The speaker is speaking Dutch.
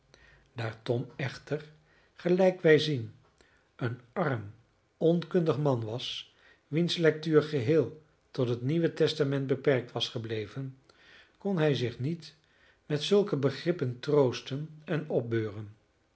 daar tom echter gelijk wij zien een arm onkundig man was wiens lectuur geheel tot het nieuwe testament beperkt was gebleven kon hij zich niet met zulke begrippen troosten en opbeuren